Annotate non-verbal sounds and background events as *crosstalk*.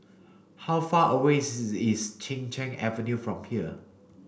how far away *unintelligible* is Chin Cheng Avenue from here